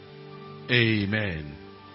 Amen